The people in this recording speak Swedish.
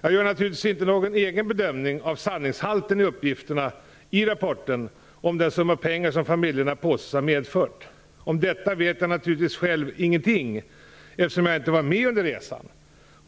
Jag gör naturligtvis inte någon egen bedömning av sanningshalten i uppgifterna i rapporten om den summa pengar som familjerna påståtts ha medfört. Om detta vet jag naturligtvis själv ingenting, eftersom jag inte var med under resan.